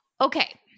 Okay